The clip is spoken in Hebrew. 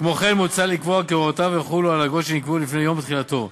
כמו כן מוצע לקבוע כי הוראותיו יחולו על אגרות שנקבעו לפני יום תחילתו,